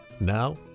Now